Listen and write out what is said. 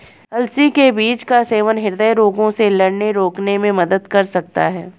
अलसी के बीज का सेवन हृदय रोगों से लड़ने रोकने में मदद कर सकता है